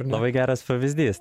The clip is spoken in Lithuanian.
labai geras pavyzdys